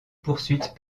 poursuites